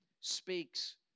speaks